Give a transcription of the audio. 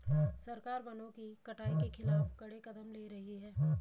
सरकार वनों की कटाई के खिलाफ कड़े कदम ले रही है